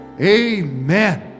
amen